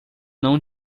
não